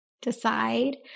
decide